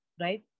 right